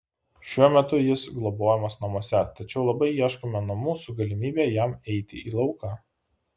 šiuo metu jis globojamas namuose tačiau labai ieškome namų su galimybe jam eiti į lauką